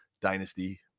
dynasty